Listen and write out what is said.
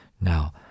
Now